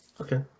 Okay